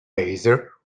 laser